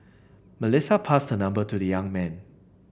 Melissa passed her number to the young man